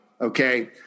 Okay